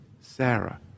Sarah